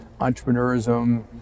entrepreneurism